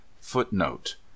Footnote